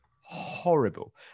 horrible